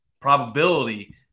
probability